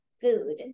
food